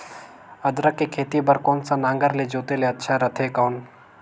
अदरक के खेती बार कोन सा नागर ले जोते ले अच्छा रथे कौन?